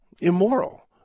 immoral